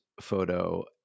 photo